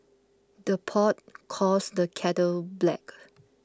the pot calls the kettle black